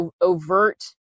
overt